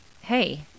hey